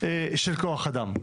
של כוח אדם,